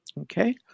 okay